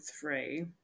three